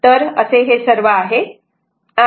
तर असे हे सर्व आहे